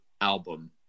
album